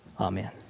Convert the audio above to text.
Amen